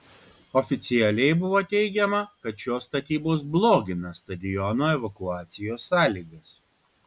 oficialiai buvo teigiama kad šios statybos blogina stadiono evakuacijos sąlygas